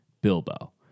Bilbo